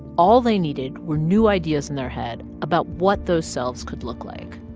all they needed were new ideas in their head about what those selves could look like.